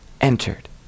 entered